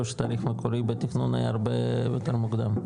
או שהתאריך המקורי בתכנון היה הרבה יותר מוקדם?